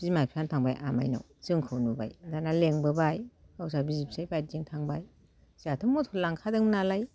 बिमा बिफानाव थांबाय आमाइनाव जोंखौ नुबाय दाना लेंबोबाय गावस्रा बिसि फिसाय बाइकजों थांबाय जोंहाथ' मटर लांखादों नालाय